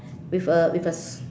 with a with a